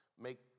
make